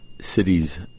cities